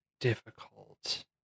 difficult